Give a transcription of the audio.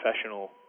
professional